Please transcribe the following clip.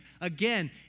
Again